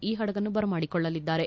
ಈ ಹಡಗನ್ನು ಬರಮಾಡಿಕೊಳ್ಳಲಿದ್ದಾರೆ